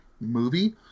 movie